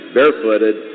barefooted